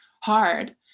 hard